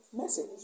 message